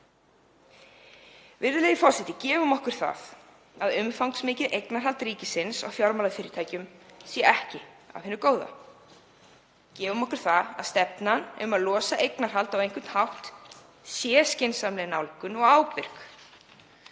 Virðulegi forseti. Gefum okkur það að umfangsmikið eignarhald ríkisins á fjármálafyrirtækjum sé ekki af hinu góða. Gefum okkur það að stefna um að losa eignarhald á einhvern hátt sé skynsamleg nálgun og ábyrg.